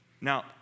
Now